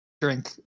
drink